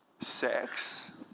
sex